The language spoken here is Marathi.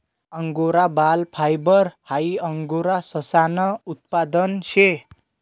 अंगोरा बाल फायबर हाई अंगोरा ससानं उत्पादन शे